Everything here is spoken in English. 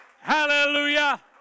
Hallelujah